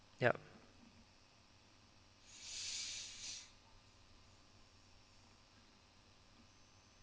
yup